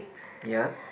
ya